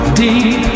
deep